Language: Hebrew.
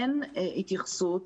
אין התייחסות